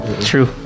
True